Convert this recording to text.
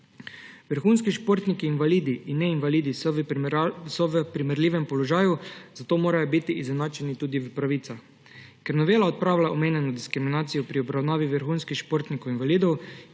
Vrhunski športniki invalidi in neinvalidi so v primerljivem položaju, zato morajo biti izenačeni tudi v pravicah. Ker novela odpravlja omenjeno diskriminacijo pri obravnavi vrhunskih športnikov invalidov,